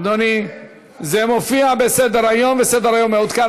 אדוני, זה מופיע בסדר-היום, בסדר-היום המעודכן.